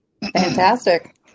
Fantastic